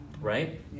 right